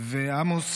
עמוס,